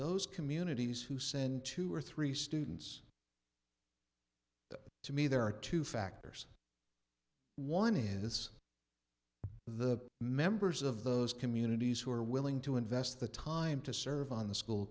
those communities who send two or three students to me there are two factors one is the members of those communities who are willing to invest the time to serve on the school